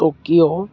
Tokyo